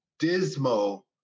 dismal